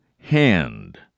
Hand